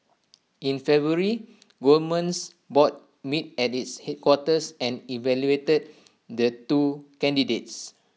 in February Goldman's board met at its headquarters and evaluated the two candidates